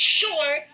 sure